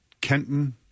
Kenton